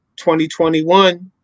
2021